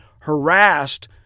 harassed